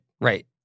Right